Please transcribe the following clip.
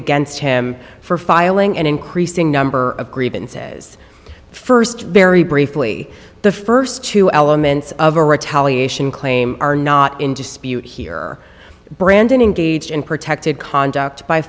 against him for filing an increasing number of grievances first very briefly the first two elements of a retaliation claim are not in dispute here brandon engaged in protective conduct by